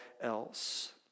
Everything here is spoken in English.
else